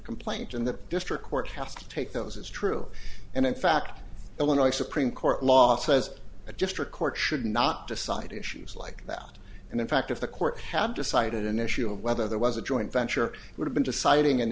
complaint in the district court has to take those it's true and in fact illinois supreme court law says adjustor court should not decide issues like that and in fact if the court had decided an issue of whether there was a joint venture would have been deciding an